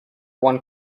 one